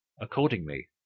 Accordingly